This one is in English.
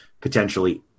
potentially